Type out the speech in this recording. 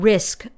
Risk